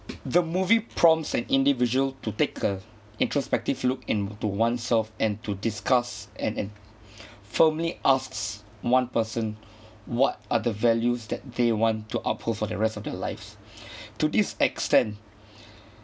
the movie prompts an individual to take a introspective look into oneself and to discuss and and firmly asks one person what are the values that they want to uphold for the rest of their lives to this extent